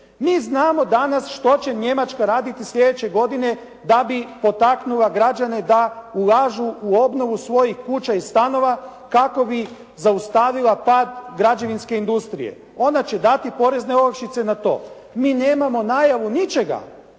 Mi znamo danas što će Njemačka raditi sljedeće godine da bi potaknula građane da ulažu u obnovu svojih kuća i stanova kako bi zaustavila pad građevinske industrije onda će dati porezne olakšice na to. Mi nemamo najavu ničega